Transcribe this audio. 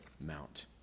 mount